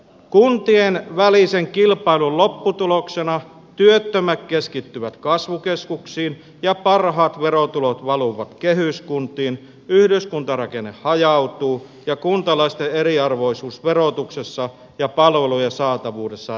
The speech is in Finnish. kuntien välisen kilpailun lopputuloksena työttömät keskittyvät kasvukeskuksiin ja parhaat verotulot valuvat kehyskuntiin yhdyskuntarakenne hajautuu ja kuntalaisten eriarvoisuus verotuksessa ja palvelujen saatavuudessa repeää